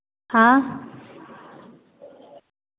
हाँ